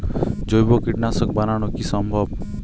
জৈব কীটনাশক বানানো কি সম্ভব?